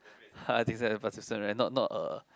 participant right not not a